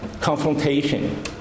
confrontation